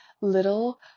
little